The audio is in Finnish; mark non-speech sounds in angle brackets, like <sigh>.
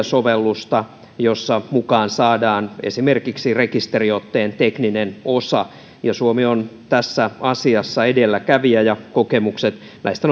<unintelligible> sovellusta jossa mukaan saadaan esimerkiksi rekisteriotteen tekninen osa suomi on tässä asiassa edelläkävijä ja kokemukset näistä <unintelligible>